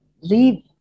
leave